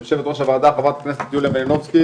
יושבת ראש הוועדה, חברת הכנסת יוליה מלינובסקי,